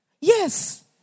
Yes